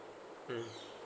mm